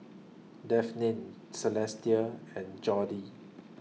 Devyn Celestia and Jordy